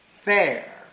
Fair